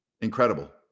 incredible